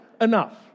Enough